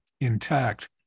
intact